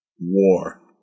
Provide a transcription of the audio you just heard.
War